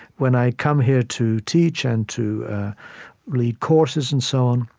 when i come here to teach and to lead courses and so on,